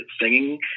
singing